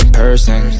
person